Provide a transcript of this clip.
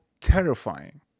terrifying